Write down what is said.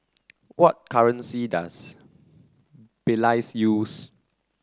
what currency does Belize use